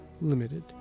limited